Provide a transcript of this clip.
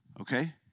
Okay